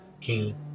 King